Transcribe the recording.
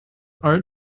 art